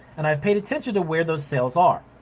and i've paid attention to where those sales are.